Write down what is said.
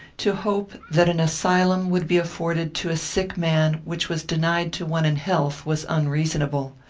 to hope that an asylum would be afforded to a sick man, which was denied to one in health, was unreasonable.